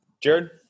Jared